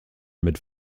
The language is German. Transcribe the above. mit